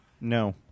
No